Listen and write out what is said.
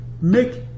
make